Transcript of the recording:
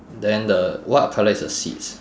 then the what colour is the seats